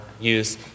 use